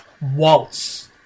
waltz